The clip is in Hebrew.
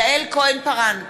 יעל כהן-פארן,